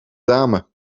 dame